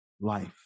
life